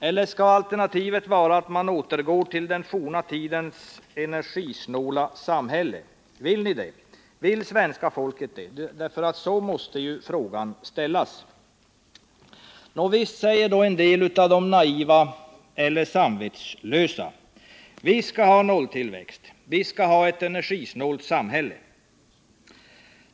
Eller skall alternativet vara att återgå till forna tiders energisnåla samhälle? Vill ni det? Vill svenska folket det? Så måste frågan ställas. Visst, säger en del av de naiva eller samvetslösa. Vi skall ha nolltillväxt! Vi skall ha ett energisnålt samhälle!